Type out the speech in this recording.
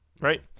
right